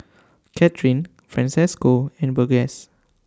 Kathrine Francesco and Burgess